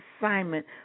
assignment